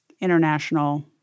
international